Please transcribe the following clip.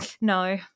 no